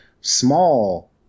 small